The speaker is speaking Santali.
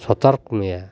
ᱥᱚᱛᱚᱨᱠ ᱢᱮᱭᱟ